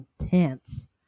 intense